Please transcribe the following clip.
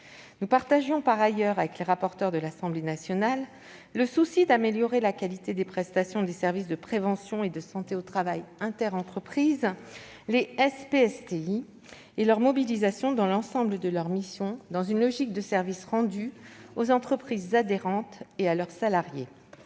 Nous partagions par ailleurs avec les rapporteures de l'Assemblée nationale le souci d'améliorer la qualité des prestations des services de prévention et de santé au travail interentreprises (SPSTI) et leur mobilisation dans l'ensemble de leurs missions, dans une logique de service rendu aux entreprises adhérentes et à leurs salariés.